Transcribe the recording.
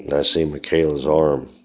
and i seen makayla's arm